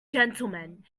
gentlemen